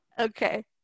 Okay